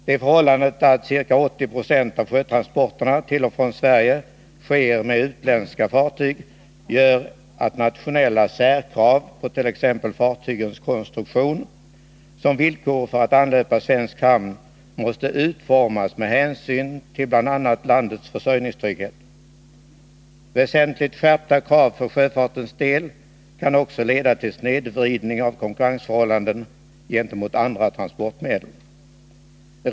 Det förhållandet att ca 80 96 av sjötransporterna till och från Sverige sker med utländska fartyg gör att nationella särkrav på t.ex. fartygens konstruktion som villkor för att anlöpa svensk hamn måste utformas med hänsyn till bl.a. landets försörjningstrygghet. Väsentligt skärpta krav för sjöfartens del kan också leda till snedvridning av konkurrensförhållandena gentemot andra transportmedel.